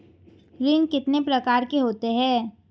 ऋण कितने प्रकार के होते हैं?